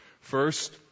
First